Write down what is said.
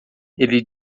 ele